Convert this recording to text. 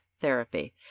therapy